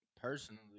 Personally